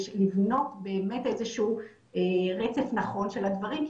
לבנות באמת איזה שהוא רצף נכון של הדברים כי